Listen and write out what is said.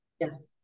yes